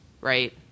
right